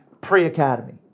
pre-academy